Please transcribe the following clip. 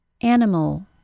Animal